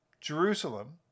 Jerusalem